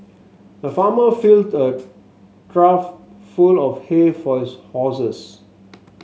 the farmer filled a trough full of hay for his horses